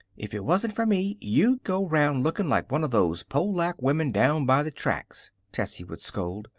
if it wasn't for me, you'd go round looking like one of those polack women down by the tracks, tessie would scold.